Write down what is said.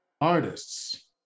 artists